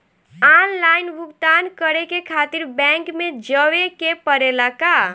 Online भुगतान करे के खातिर बैंक मे जवे के पड़ेला का?